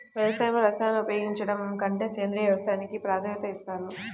వ్యవసాయంలో రసాయనాలను ఉపయోగించడం కంటే సేంద్రియ వ్యవసాయానికి ప్రాధాన్యత ఇస్తారు